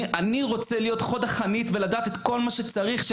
אני רוצה להיות חוד החנית ולדעת את כל מה שצריך,